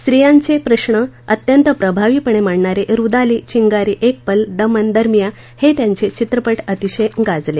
सित्रयांचे प्रश्न अत्यंत प्रभावीपणे मांडणारे रुदाली चिंगारी एक पल दमन दरमियाँ हे त्यांचे चित्रपट अतिशय गाजले